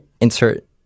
insert